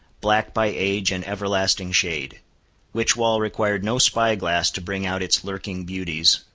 black by age and everlasting shade which wall required no spy-glass to bring out its lurking beauties,